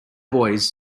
boys